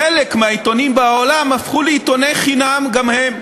חלק מהעיתונים בעולם הפכו לעיתוני חינם גם הם.